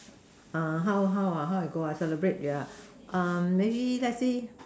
how how how I go I celebrate yeah maybe let's say